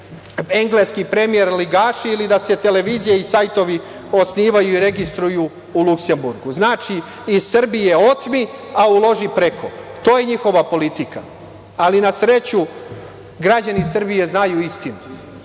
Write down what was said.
engleski premijer ligaši ili da se televizije i sajtovi osnivaju i registruju u Luksemburgu. Znači, iz Srbije otmi, a uloži preko. To je njihova politika. Ali, na sreću, građani Srbije znaju istinu